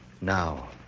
now